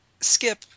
skip